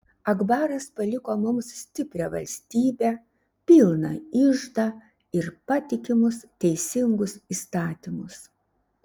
akbaras paliko mums stiprią valstybę pilną iždą ir patikimus teisingus įstatymus